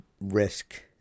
risk